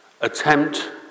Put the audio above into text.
Attempt